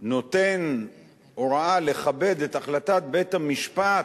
נותן הוראה לכבד את החלטת בית-המשפט,